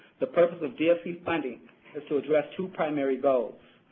the purpose of dfc's funding is to address two primary goals.